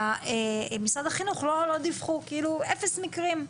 ומשרד החינוך לא דיווח כאילו אפס מקרים.